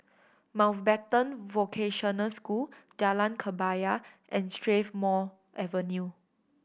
Mountbatten Vocational School Jalan Kebaya and Strathmore Avenue